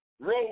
road